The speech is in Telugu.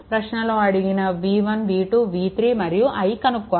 ప్రశ్నలో అడిగిన v1 v2 v3 మరియు i కనుక్కోవాలి